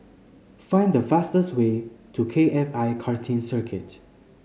find the fastest way to K F I Karting Circuit